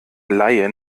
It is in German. laie